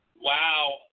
Wow